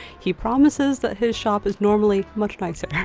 he promises that his shop is normally much nicer.